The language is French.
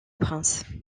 prince